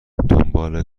دنبال